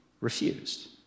refused